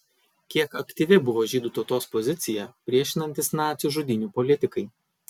kiek aktyvi buvo žydų tautos pozicija priešinantis nacių žudynių politikai